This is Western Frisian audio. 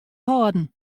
hâlden